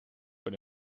voor